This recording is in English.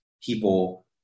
people